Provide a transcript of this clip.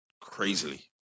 Crazily